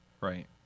Right